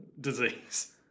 disease